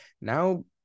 now